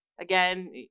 again